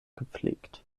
gepflegt